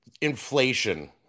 inflation